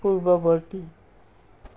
পূৰ্বৱৰ্তী